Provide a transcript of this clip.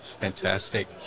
Fantastic